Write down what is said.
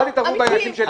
אל תתערבו בעניינים שלנו.